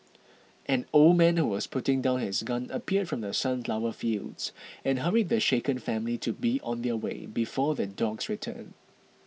an old man who was putting down his gun appeared from the sunflower fields and hurried the shaken family to be on their way before the dogs return